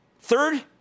Third